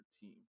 team